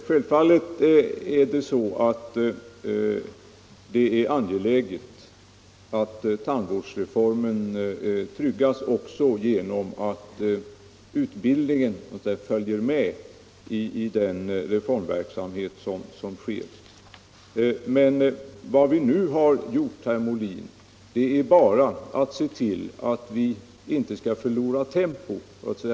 Herr talman! Självfallet är det angeläget att tandvårdsreformen tryggas Om studieordningockså genom att utbildningen följer med i den reformverksamhet som = en för tandläkarstupågår. Men vad vi nu har gjort, herr Molin, är bara att se till att vi — derande inte förlorar tempo i reformarbetet.